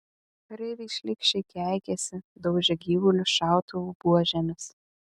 kareiviai šlykščiai keikėsi daužė gyvulius šautuvų buožėmis